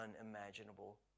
unimaginable